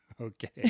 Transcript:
okay